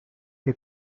que